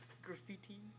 Graffiti